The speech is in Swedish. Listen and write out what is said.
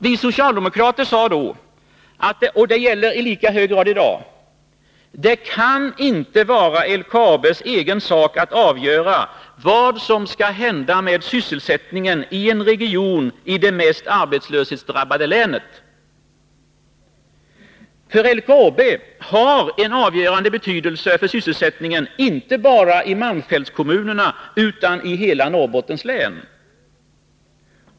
Vi socialdemokrater sade då, och det gäller i lika hög grad i dag: Det kan inte vara LKAB:s egen sak att avgöra vad som skall hända med sysselsättningen i en region i det mest arbetslöshetsdrabbade länet. LKAB har en avgörande betydelse för sysselsättningen, inte bara i malmfältskommunerna utan i hela Norrbottens län.